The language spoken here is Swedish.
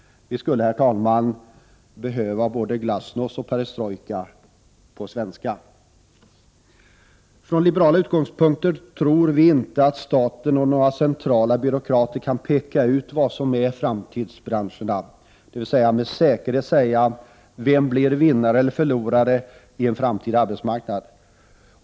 Vi skulle, herr talman, behöva både glasnost och perestrojka — på svenska! Från liberala utgångspunkter tror vi inte att staten och några centrala byråkrater kan peka ut vad som är framtidsbranscher, dvs. med säkerhet säga vem som blir vinnare eller förlorare på en framtida arbetsmarknad.